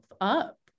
up